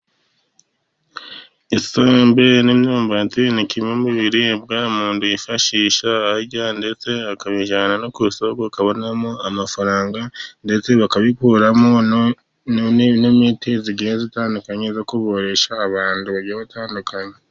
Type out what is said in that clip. Isombe n'imyumbati ni kimwe mu biribwa umuntu yifashisha arya, ndetse akabijyana no ku isoko akabonamo amafaranga, ndetse bakabikuramo n' imiti igiye itandukanye, yo kuvurisha abantu bagiye batandukanye.